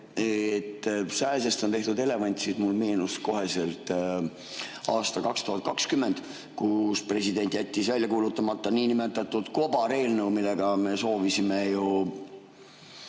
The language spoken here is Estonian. sääsest on tehtud elevant, siis mulle meenus kohe aasta 2020, kui president jättis välja kuulutamata niinimetatud kobareelnõu, millega me soovisime ju